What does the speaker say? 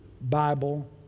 Bible